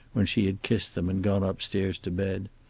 when she had kissed them and gone upstairs to bed.